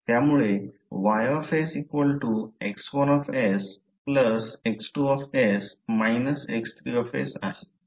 त्यामुळे Y X1 X2 - X3 असे मिळेल